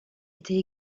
était